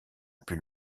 plus